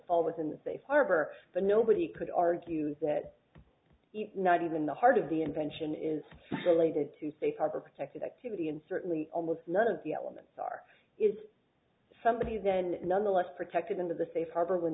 fall within the safe harbor but nobody could argue that not even the heart of the invention is related to safe harbor protected activity and certainly almost none of the elements are is somebody then nonetheless protected into the safe harbor when